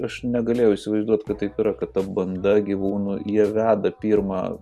aš negalėjau įsivaizduot kad taip yra kad ta banda gyvūnų jie veda pirmą